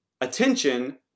attention